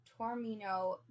Tormino